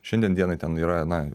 šiandien dienai ten yra na